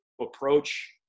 approach